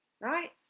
right